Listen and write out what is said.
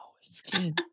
skin